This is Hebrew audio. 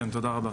כן, תודה רבה.